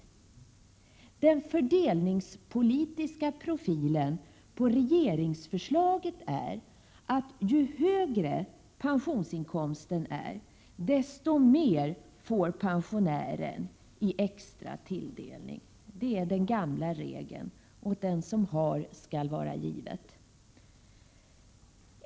Regeringsförslagets fördelningspolitiska profil är att ju högre pensionsinkomsten är, desto mer får pensionären i extra tilldelning. Det är den gamla regeln: Den som har skall varda givet.